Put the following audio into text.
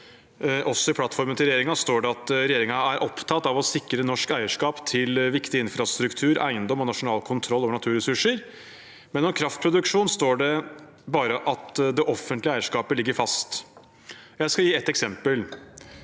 i plattformen til regjeringen står det at regjeringen er opptatt av å sikre norsk eierskap til viktig infrastruktur, eiendom og nasjonal kontroll over naturressurser. Om kraftproduksjon står det bare at det offentlige eierskapet ligger fast. Jeg skal gi ett eksempel: